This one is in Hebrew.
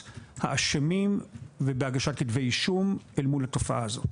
האשמים ובהגשת כתבי אישום אל מול תופעה זאת.